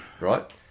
right